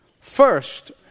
First